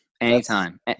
anytime